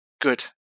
Good